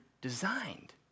designed